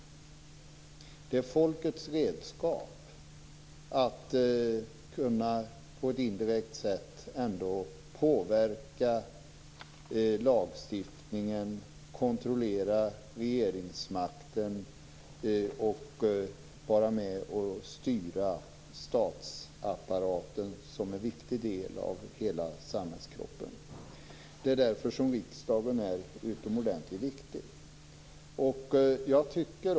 Det är folkets redskap att på ett indirekt sätt påverka lagstiftningen, kontrollera regeringsmakten och styra statsapparaten - en viktig del av hela samhällskroppen. Det är därför som riksdagen är utomordentligt viktig.